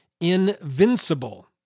invincible